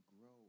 grow